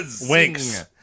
Winks